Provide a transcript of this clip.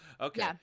Okay